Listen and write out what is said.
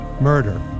Murder